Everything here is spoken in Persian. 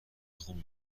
خون